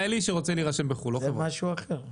זה משהו אחר.